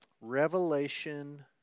Revelation